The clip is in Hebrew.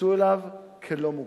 התייחסו אליו כאל לא-מוגבל.